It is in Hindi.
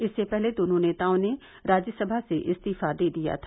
इससे पहले दोनों नेताओं ने राज्यसभा से इस्तीफा दे दिया था